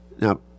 Now